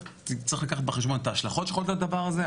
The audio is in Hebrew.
רק צריך לקחת בחשבון את ההשלכות שיכולות להיות לדבר הזה.